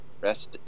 Rest